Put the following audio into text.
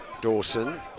Dawson